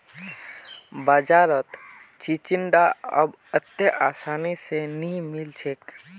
बाजारत चिचिण्डा अब अत्ते आसानी स नइ मिल छेक